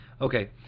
Okay